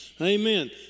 Amen